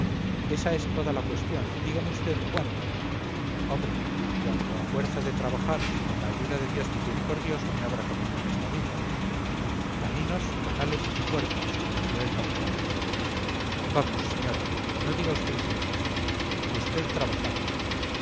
ésa es toda la cuestión dígame usted cuándo hombre cuando a fuerza de trabajar y con la ayuda de dios misericordioso me abra camino en esta vida caminos canales y puertos voceó el capitán vamos señora no diga usted simplezas usted trabajar